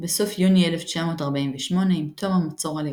בסוף יוני 1948, עם תום המצור על ירושלים,